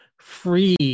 free